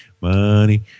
money